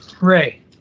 Ray